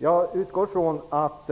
Jag utgår från att